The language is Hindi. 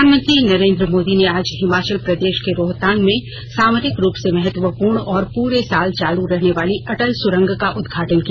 प्रधानमंत्री नरेन्द्र मोदी ने आज हिमाचल प्रदेश के रोहतांग में सामरिक रूप से महत्त्वपूर्ण और पूरे साल चालू रहने वाली अटल सुरंग का उद्घाटन किया